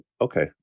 okay